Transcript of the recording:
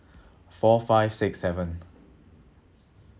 four five six seven